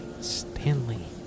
stanley